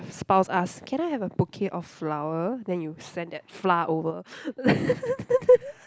spouse ask can I have a bouquet of flower then you send that flour over